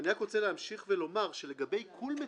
אני רק רוצה להמשיך ולומר שלגבי עיקול מיטלטלין,